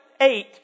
eight